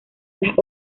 las